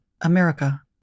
America